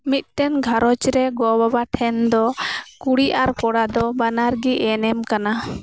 ᱢᱤᱫᱴᱮᱱ ᱜᱷᱟᱨᱚᱸᱧᱡᱽ ᱨᱮ ᱜᱚ ᱵᱟᱵᱟ ᱴᱷᱮᱱᱫᱚ ᱠᱩᱲᱤ ᱟᱨ ᱠᱚᱲᱟᱫᱚ ᱵᱟᱱᱟᱨᱜᱤ ᱮᱱᱮᱢ ᱠᱟᱱᱟ